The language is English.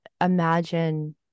imagine